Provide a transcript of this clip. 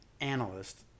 analyst